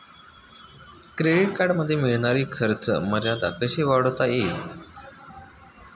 Credit कार्डमध्ये मिळणारी खर्च मर्यादा कशी वाढवता येईल?